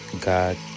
God